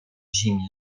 zimie